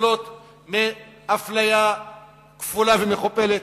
שסובלות מאפליה כפולה ומכופלת,